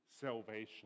salvation